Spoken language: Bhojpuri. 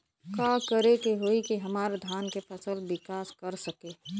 का करे होई की हमार धान के फसल विकास कर सके?